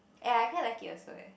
ya I quite like it also eh